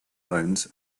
bones